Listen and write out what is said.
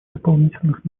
дополнительных